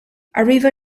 arriva